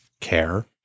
care